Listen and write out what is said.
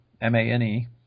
M-A-N-E